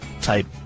type